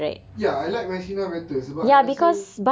ya I like messina better sebab I rasa